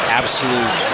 absolute